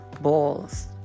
balls